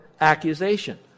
accusation